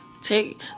Take